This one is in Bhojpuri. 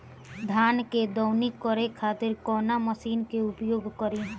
धान के दवनी करे खातिर कवन मशीन के प्रयोग करी?